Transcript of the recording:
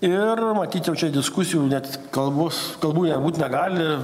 ir matyt jau čia diskusijų net kalbos kalbų net būt negali